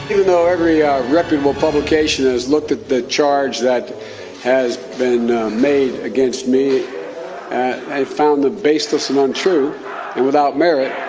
you know every yeah reputable publication has looked at the charge that has been made against me i found the baseless and untrue and without merit.